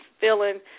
feeling